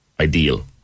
Ideal